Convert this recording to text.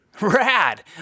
Rad